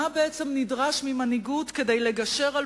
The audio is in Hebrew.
מה בעצם נדרש ממנהיגות כדי לגשר על